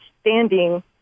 standing